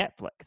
netflix